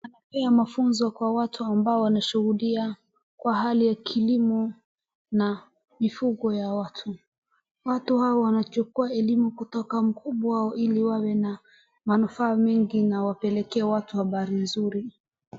Anapea mafunzo kwa watu ambao wanashuhudia kwa hali ya kilimo na mifugo ya watu. Watu hawa wanachukua elimu kutoka mkubwa ili wawe na manufaa mingi na wapelekee watu habari nzuri.